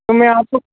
तो मैं आपको